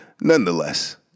nonetheless